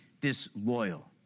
disloyal